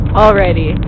already